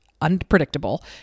unpredictable